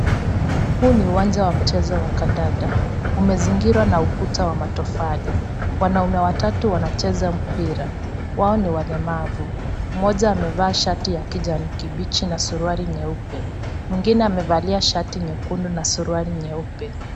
Huu ni uwanja wa mchezo wa kandanda, umezingirwa na ukuta wa matofali. Wanaume watatu wanacheza mpira, wao ni walemavu. Mmoja amevaa shati ya kijani kibichi na suruali nyeupe, mwingine amevalia shati nyekundu na suruali nyeupe.